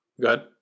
good